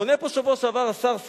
עונה פה בשבוע שעבר השר,